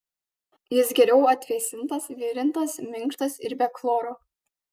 jis geriau atvėsintas virintas minkštas ir be chloro